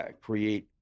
create